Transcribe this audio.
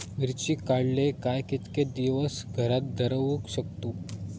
मिर्ची काडले काय कीतके दिवस घरात दवरुक शकतू?